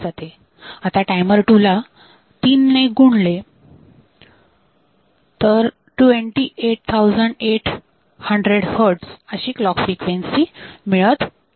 आता टायमर 2 ला 3 गुणिले 28800 हर्डझ अशी क्लॉक फ्रिक्वेन्सी मिळत आहे